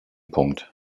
punkt